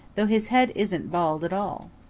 though his head isn't bald at all.